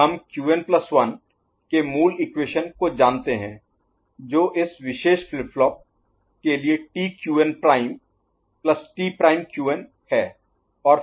हम Qn plus 1 Qn1 के मूल इक्वेशन को जानते हैं जो इस विशेष फ्लिप फ्लॉप के लिए T Qn prime TQn' plus T prime Qn T'Qn है